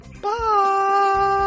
Bye